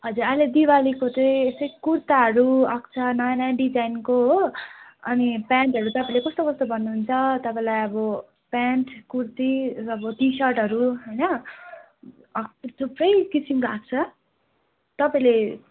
हजुर अहिले दिवालीको चाहिँ यस्तै कुर्ताहरू आएको नयाँ नयाँ डिजाइनको हो अनि प्यान्टहरू तपाईँले कस्तो कस्तो भन्नुहुन्छ तपाईँलाई अब प्यान्ट कुर्ती अब टी सर्टहरू होइन थुप्रै किसिमको आएको छ तपाईँले